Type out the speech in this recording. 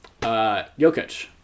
Jokic